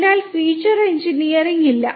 അതിനാൽ feature engineering ഇല്ല